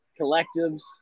Collectives